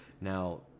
Now